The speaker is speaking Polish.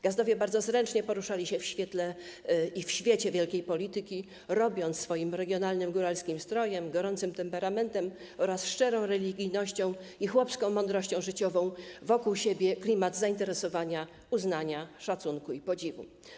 Gazdowie bardzo zręcznie poruszali się w świetle i w świecie wielkiej polityki, robiąc swoim regionalnym góralskim strojem, gorącym temperamentem oraz szczerą religijnością i chłopską mądrością życiową wokół siebie klimat zainteresowania, uznania, szacunku i podziwu.